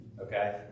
Okay